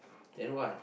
then what